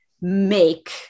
make